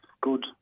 good